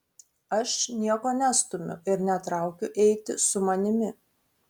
aš nieko nestumiu ir netraukiu eiti su manimi